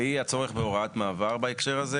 והיא הצורך בהוראת מעבר בהקשר הזה.